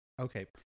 Okay